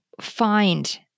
find